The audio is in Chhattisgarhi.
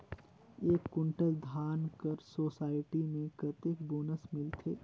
एक कुंटल धान कर सोसायटी मे कतेक बोनस मिलथे?